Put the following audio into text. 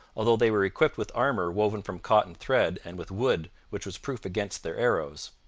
although they were equipped with armour woven from cotton thread and with wood which was proof against their arrows.